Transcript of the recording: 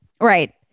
right